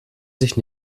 sich